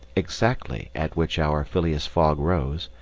exactly at which hour phileas fogg rose,